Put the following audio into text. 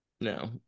no